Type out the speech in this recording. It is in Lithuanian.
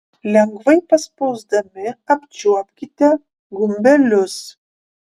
lengvai paspausdami apčiuopkite gumbelius